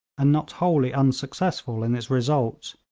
and not wholly unsuccessful in its results.